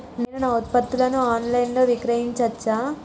నేను నా ఉత్పత్తులను ఆన్ లైన్ లో విక్రయించచ్చా?